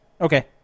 okay